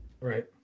right